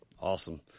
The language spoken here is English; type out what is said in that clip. Awesome